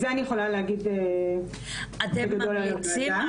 בין אם היא ממדינות אחרות בעולם, בין אם הן מבקשות